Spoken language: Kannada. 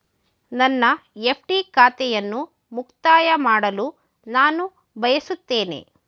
ನನ್ನ ಎಫ್.ಡಿ ಖಾತೆಯನ್ನು ಮುಕ್ತಾಯ ಮಾಡಲು ನಾನು ಬಯಸುತ್ತೇನೆ